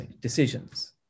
decisions